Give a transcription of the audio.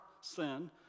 sin